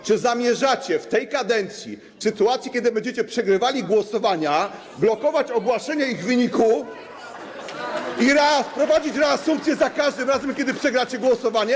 Czy zamierzacie w tej kadencji, w sytuacji, kiedy będziecie przegrywali głosowania, blokować ogłoszenie ich wyniku i wprowadzić reasumpcję za każdym razem, kiedy przegracie głosowanie?